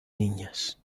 niñas